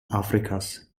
afrikas